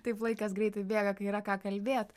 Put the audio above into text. taip laikas greitai bėga kai yra ką kalbėt